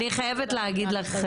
אני חייבת להגיד לך,